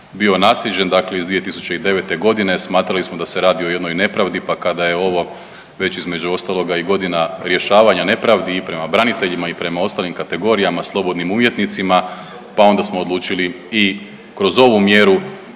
bio naslijeđen iz 2009.g. smatrali smo da se radi o jednoj nepravdi pa kada je ovo već između ostaloga i godina rješavanja i nepravdi prema braniteljima i prema ostalim kategorijama, slobodnim umjetnicima pa onda smo odlučili i kroz ovu mjeru